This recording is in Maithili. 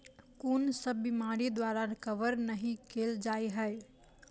कुन सब बीमारि द्वारा कवर नहि केल जाय है?